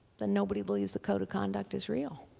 then nobody believes the code of conduct is real.